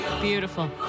Beautiful